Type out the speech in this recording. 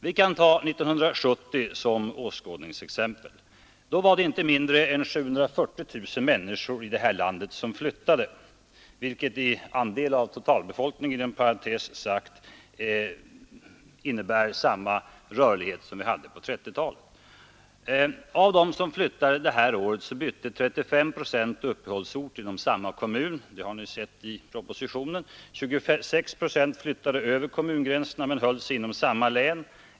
Vi kan ta 1970 som åskådningsexempel. Då var det inte mindre än 740 000 människor i det här landet som flyttade, vilket i andel av totalbefolkningen inom parentes sagt innebär samma rörlighet som vi hade på 1930-talet. Av dem som flyttade det året bytte 35 procent uppehållsort inom samma kommun =— det har ni sett i propositionen. 26 procent flyttade över kommungränserna men höll sig inom samma län.